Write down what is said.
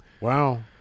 Wow